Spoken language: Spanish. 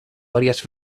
varias